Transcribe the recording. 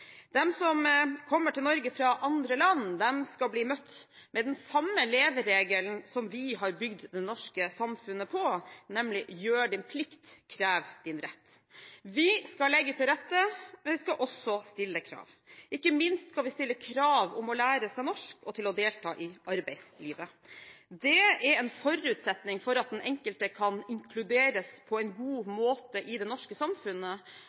som kommer til Norge fra andre land, skal bli møtt med den samme leveregelen som vi har bygd det norske samfunnet på, nemlig: Gjør din plikt, krev din rett. Vi skal legge til rette, men vi skal også stille krav. Ikke minst skal vi stille krav om å lære seg norsk og delta i arbeidslivet. Det er en forutsetning for at den enkelte skal kunne inkluderes på en god måte i det norske samfunnet,